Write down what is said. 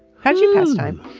how'd you pass time?